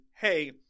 Hey